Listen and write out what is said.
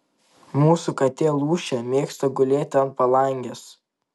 mūsų katė lūšė mėgsta gulėti ant palangės